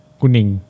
kuning